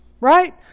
Right